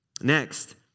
Next